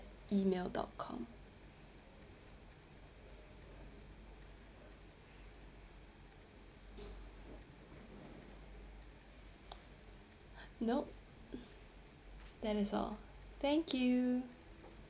email dot com nope that is all thank you